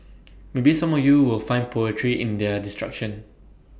maybe some of you will find poetry in their destruction